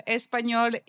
español